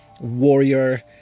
warrior